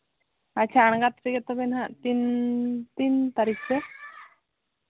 ᱟᱪᱪᱷᱟ ᱟᱲᱜᱟᱛ ᱨᱮᱜᱮ ᱛᱚᱵᱮ ᱦᱟᱸᱜ ᱛᱤᱱ ᱛᱤᱱ ᱛᱟᱹᱨᱤᱠᱷ ᱥᱮ